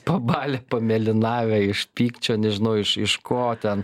pabalę pamėlynavę iš pykčio nežinau iš iš ko ten